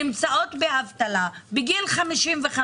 נמצאות באבטלה בגיל 55,